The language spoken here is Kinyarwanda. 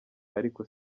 ariko